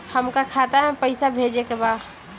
हमका खाता में पइसा भेजे के बा